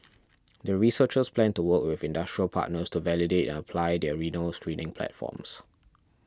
the researchers plan to work with industrial partners to validate and apply their renal screening platforms